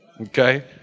Okay